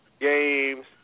games